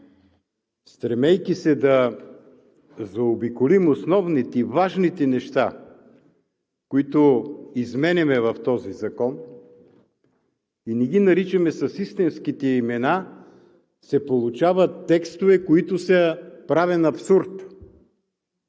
стремейки се да заобиколим основните, важните неща, които изменяме в този закон и не ги наричаме с истинските имена, се получават текстове, които са правен абсурд.